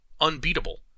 unbeatable